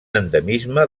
endemisme